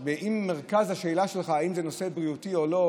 אם מרכז השאלה שלך הוא אם זה נושא בריאותי או לא,